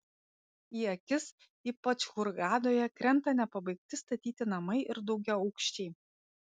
į akis ypač hurgadoje krenta nepabaigti statyti namai ir daugiaaukščiai